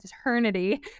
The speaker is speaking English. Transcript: eternity